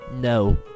No